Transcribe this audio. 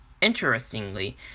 interestingly